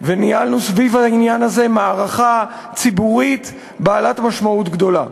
וניהלנו סביב העניין הזה מערכה ציבורית בעלת משמעות גדולה.